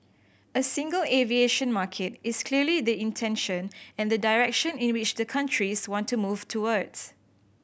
a single aviation market is clearly the intention and the direction in which the countries want to move towards